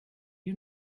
you